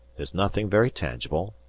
there's nothing very tangible,